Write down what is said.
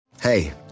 Hey